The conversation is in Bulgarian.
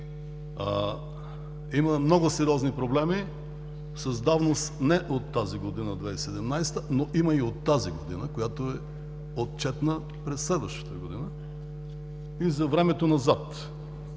Има много сериозни проблеми с давност не от тази година – 2017, но има и от тази година, която е отчетна през следващата година, и за времето назад.